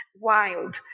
wild